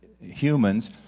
humans